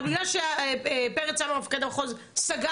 אבל בגלל שפרץ סגן מפקד המחוז סגר,